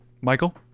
Michael